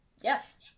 Yes